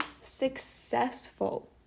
successful